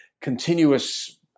continuous